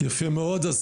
יפה מאד.